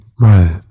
right